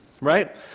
right